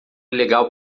legal